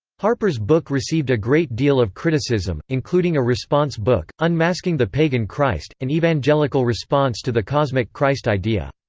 harpur's book received a great deal of criticism, including a response response book, unmasking the pagan christ an evangelical response to the cosmic christ idea.